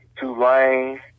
Tulane